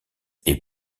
est